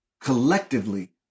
collectively